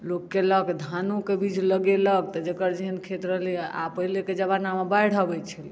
लोक कयलक धानोके बीज लगेलक तऽ जकर जेहन खेत रहलै आ पहिलेके जमानामे बाढ़ि अबैत छलै